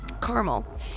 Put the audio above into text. caramel